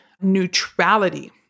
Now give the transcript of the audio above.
neutrality